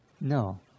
No